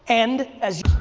and as.